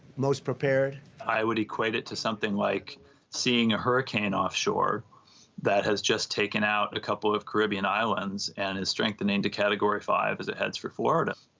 most prepared. i would equate it to something like seeing a hurricane offshore that has just taken out a couple of caribbean islands and is strengthening to category five as it heads for florida,